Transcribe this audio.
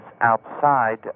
outside